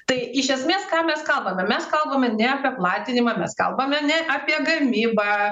tai iš esmės ką mes kalbame mes kalbame ne apie platinimą mes kalbame ne apie gamybą